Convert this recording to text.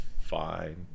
fine